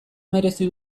merezi